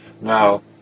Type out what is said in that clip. Now